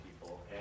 people